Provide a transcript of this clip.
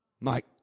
Mike